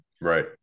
Right